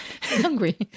Hungry